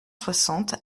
soixante